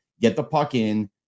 get-the-puck-in